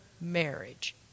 marriage